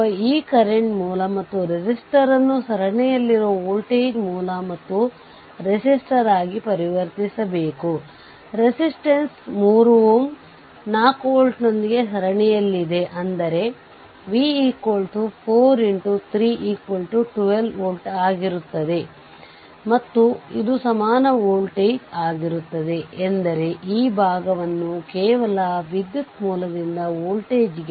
ಪ್ರಕರಣ 1 ನೆಟ್ವರ್ಕ್ಗೆ ಯಾವುದೇ ಅವಲಂಬಿತ ಮೂಲಗಳಿಲ್ಲದಿದ್ದರೆ ಎಲ್ಲಾ ಸ್ವತಂತ್ರ ಮೂಲಗಳನ್ನು ಆಫ್ ಮಾಡಿ ನಂತರ RThevenin ಅನ್ನು ನಿರ್ಧರಿಸಿ ಇದು 1 ಮತ್ತು 2 ಟರ್ಮಿನಲ್ಗಳ ಮಧ್ಯೆ ಕಾಣುವ ನೆಟ್ವರ್ಕ್ನ ಇನ್ಪುಟ್ ಪ್ರತಿರೋಧವಾಗಿದೆ ಮತ್ತು ಫಿಗರ್ 19 b ಯಲ್ಲಿ ತೋರಿಸಲಾಗಿದೆ ಈಗ ನೆಟ್ವರ್ಕ್ ಅವಲಂಬಿತ ಮೂಲಗಳನ್ನು ಹೊಂದಿದ್ದರೆ ಎಲ್ಲಾ ಸ್ವತಂತ್ರ ಮೂಲಗಳನ್ನು ಆಫ್ ಮಾಡಿ